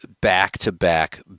back-to-back